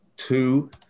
two